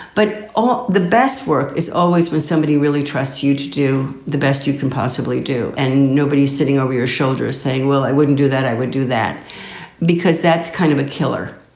but all the best work is always with somebody really trust you to do the best you can possibly do. and nobody's sitting over your shoulder saying, well, i wouldn't do that. i wouldn't do that because that's kind of a killer.